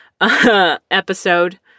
episode